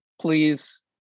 Please